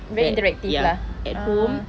very interactive lah ah